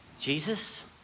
Jesus